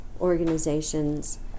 organizations